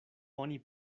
oni